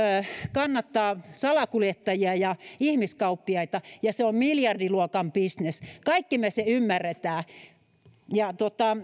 kannattaa salakuljettajia ja ihmiskauppiaita ja se on miljardiluokan bisnes kaikki me sen ymmärrämme